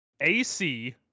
AC